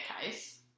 case